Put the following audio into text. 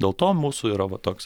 dėl to mūsų yra va toks